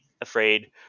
afraid